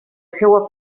seua